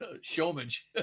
showmanship